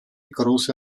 große